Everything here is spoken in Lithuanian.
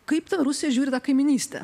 kaip rusija žiūri į tą kaimynystę